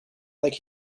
like